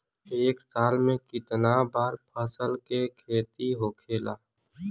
एक साल में कितना बार फसल के खेती होखेला?